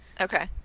Okay